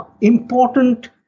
important